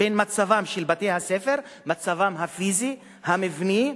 בין מצבם של בתי-הספר, מצבם הפיזי, המבני,